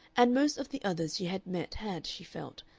and most of the others she had met had, she felt,